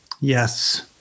Yes